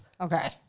Okay